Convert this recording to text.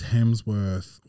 Hemsworth